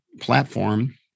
platform